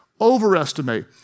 overestimate